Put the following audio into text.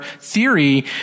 theory